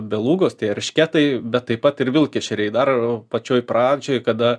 belugos tai eršketai bet taip pat ir vilkešeriai dar pačioj pradžioj kada